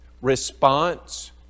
Response